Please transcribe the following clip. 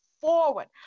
forward